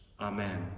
Amen